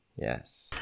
Yes